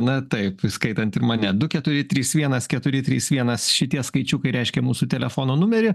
na taip įskaitant ir mane du keturi trys vienas keturi trys vienas šitie skaičiukai reiškia mūsų telefono numerį